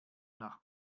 nach